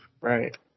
Right